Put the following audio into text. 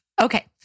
Okay